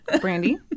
Brandy